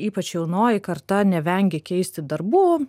ypač jaunoji karta nevengia keisti darbų